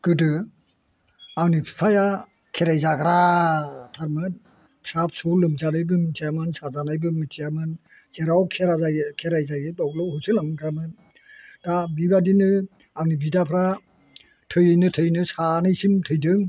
गोदो आंनि बिफाया खेराइ जाग्रा थारमोन फिसा फिसौ लोमजानायबो मिथियामोन साजानायबो मिथियामोन जेराव खेराइ जायो खेराइ जायो बावल' होसो लांग्रामोन दा बिबादिनो आंनि बिदाफ्रा थैयैनो थैयैनै सानैसिम थैदों